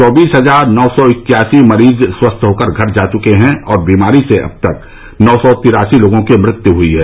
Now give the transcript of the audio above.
चौबीस हजार नौ सौ इक्यासी मरीज स्वस्थ होकर घर जा चुके हैं और बीमारी से अब तक नौ सौ तिरासी लोगों की मृत्यु हुयी है